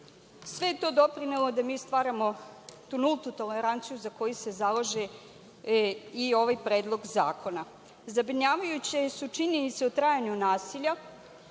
Sve je to doprinelo da mi stvaramo nultu toleranciju za koju se zalaže i ovaj Predlog zakona. Zabrinjavajuće su činjenice o trajanju nasilja